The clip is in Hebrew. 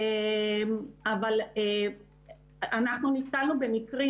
אבל אנחנו נתקלנו במקרים,